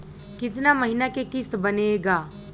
कितना महीना के किस्त बनेगा?